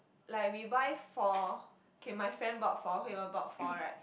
like we buy four okay my friend bought four Hui-Wen bought four right